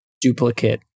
duplicate